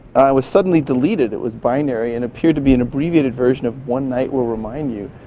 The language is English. was suddenly deleted. it was binary and appeared to be an abbreviated version of one night will remind you.